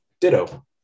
Ditto